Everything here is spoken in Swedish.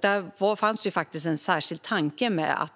Det fanns en särskild tanke med